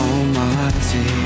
Almighty